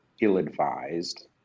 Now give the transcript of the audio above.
ill-advised